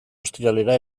ostiralera